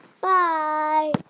Bye